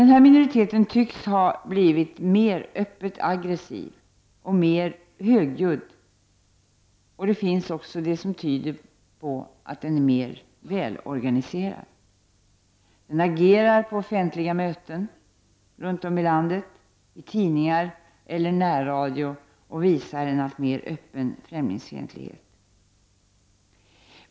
Denna minoritet tycks ha blivit mer öppet aggressiv och mer högljudd, och tecken finns också som tyder på att den är mer välorganiserad än tidigare: Denna minoritet agerar vid offentliga möten runt om i landet, skriver i tidningar och talar i närradion och visar en alltmer öppen främlingsfientlighet.